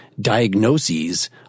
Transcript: diagnoses